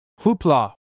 Hoopla